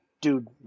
dude